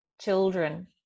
children